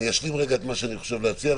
אני אשלים רגע את מה שאני חושב להציע,